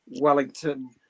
Wellington